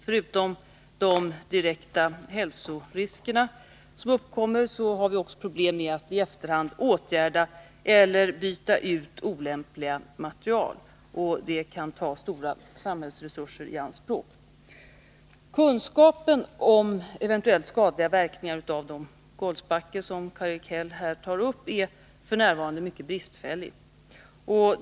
Förutom de direkta hälsoriskerna uppkommer också problem att i efterhand åtgärda eller byta ut olämpliga material. Detta kan ta stora samhällsresurser i anspråk. Kunskapen om eventuellt skadliga verkningar av de golvspackel som Karl-Erik Häll här tar upp är f. n. mycket bristfällig.